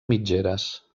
mitgeres